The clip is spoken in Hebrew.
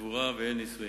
קבורה ונישואין.